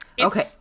Okay